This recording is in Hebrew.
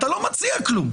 אתה לא מציע כלום.